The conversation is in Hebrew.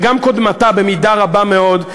וגם קודמתה במידה רבה מאוד,